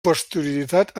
posterioritat